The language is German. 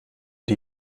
die